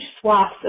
swaths